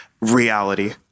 reality